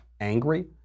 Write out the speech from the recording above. angry